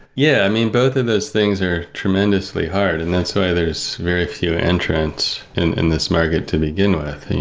yeah. i mean, both of those things are tremendously hard, and that's why there's very few entrance in this market to begin with.